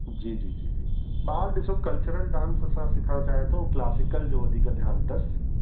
जी जी जी ॿार ॾिसो कल्चरल डांस सां सिखण चाहे थो क्लासिकल जो वधीक ध्यानु अथस